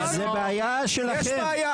זו בעיה שלכם.